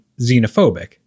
xenophobic